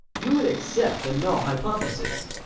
you would accept the null hypothesis.